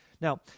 Now